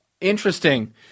Interesting